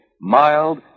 Mild